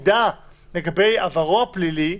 אני חושב שכן צריך לאפשר לאדם לקבל מידע לגבי עברו פלילי.